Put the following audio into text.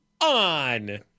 on